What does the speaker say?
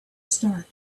start